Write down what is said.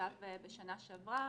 שנכתב בשנה שעברה.